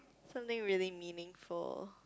something really meaningful